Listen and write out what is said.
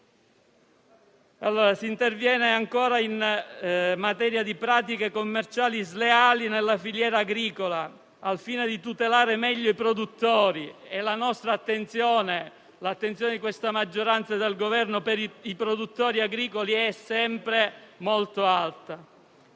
Si interviene ancora in materia di pratiche commerciali sleali nella filiera agricola, al fine di tutelare meglio i produttori (e l'attenzione di questa maggioranza e del Governo per i produttori agricoli è sempre molto alta).